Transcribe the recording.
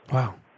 Wow